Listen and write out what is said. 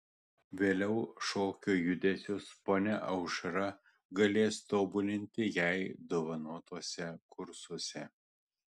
vėliau šokio judesius ponia aušra galės tobulinti jai dovanotuose kursuose